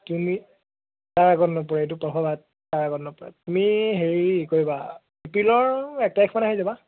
তুমি তাৰ আগতে নপৰে এইটো প্ৰভাৱ তাৰ আগত নপৰে তুমি হেৰি কৰিবা এপ্ৰিলৰ এক তাৰিখমানে আহি যাবা